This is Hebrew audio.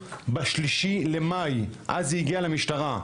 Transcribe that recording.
ב-3 במאי אז זה הגיע למשטרה.